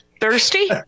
thirsty